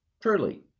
truly